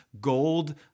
gold